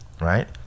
right